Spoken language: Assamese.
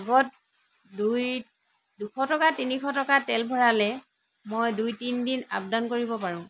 আগত দুশ টকা তিনিশ টকাৰ তেল ভৰালে মই দুই তিনদিন আপ ডাউন কৰিব পাৰোঁ